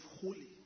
holy